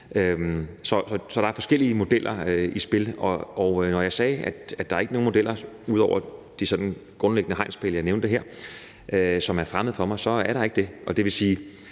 Så der er forskellige modeller i spil, og når jeg sagde, at der ikke er nogen modeller ud over de sådan grundlæggende hegnspæle, jeg nævnte her, som er fremmede for mig, er der ikke det. Nu er det her